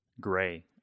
gray